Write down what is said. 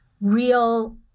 real